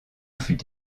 fut